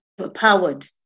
overpowered